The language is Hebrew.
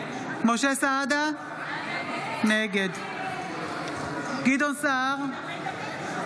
סעדה, נגד גדעון סער,